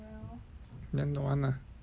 then don't want [one] lah